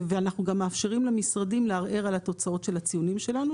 ואנחנו גם מאשרים למשרדים לערער על התוצאות של הציונים שלנו.